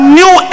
new